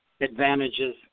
advantages